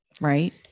right